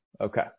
Okay